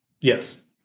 Yes